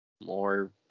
more